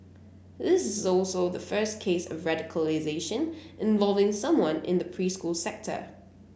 this is also the first case of radicalisation involving someone in the preschool sector